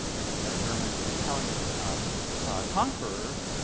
and german, and italian conquerors,